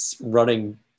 running